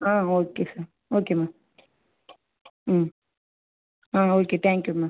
ஆ okay sir ஓகேம்மா ம் ஆ ஓகே தேங்க்யூம்மா